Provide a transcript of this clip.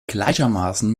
gleichermaßen